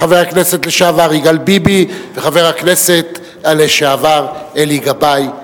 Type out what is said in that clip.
את חבר הכנסת לשעבר יגאל ביבי ואת חבר הכנסת לשעבר אלי גבאי.